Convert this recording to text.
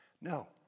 No